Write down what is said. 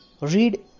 read